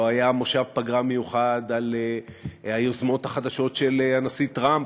לא היה מושב פגרה מיוחד על היוזמות החדשות של הנשיא טראמפ,